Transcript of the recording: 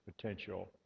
potential